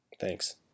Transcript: Thanks